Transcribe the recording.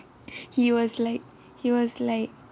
he was like he was like